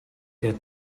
der